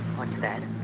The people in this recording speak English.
what's that?